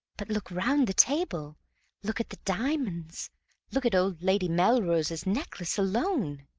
but look round the table look at the diamonds look at old lady melrose's necklace alone!